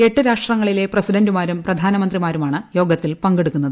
എട്ട് രാഷ്ട്രങ്ങളിലെ പ്രസിഡന്റുമാരും പ്രധാനമന്ത്രിമാരുമാണ് യോഗത്തിൽ പങ്കെടുക്കുന്നത്